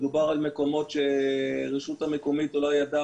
מדובר על מקומות שהרשות המקומית לא ידעה